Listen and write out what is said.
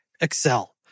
Excel